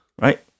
right